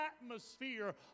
atmosphere